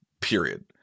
period